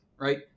right